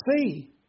see